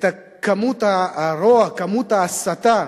את כמות הרוע, כמות ההסתה,